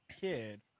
kid